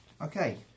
Okay